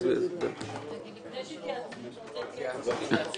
בשעה 10:34 ונתחדשה בשעה 10:43.)